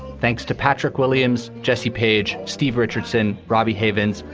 thanks to patrick williams, jesse page, steve richardson, robbie havens,